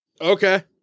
Okay